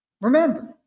remember